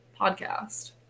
podcast